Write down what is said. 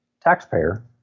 taxpayer